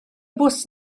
bws